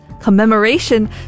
commemoration